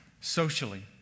socially